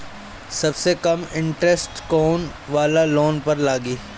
सबसे कम इन्टरेस्ट कोउन वाला लोन पर लागी?